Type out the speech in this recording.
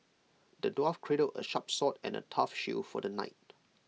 the dwarf crafted A sharp sword and A tough shield for the knight